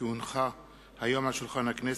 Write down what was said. כי הונחו היום על שולחן הכנסת,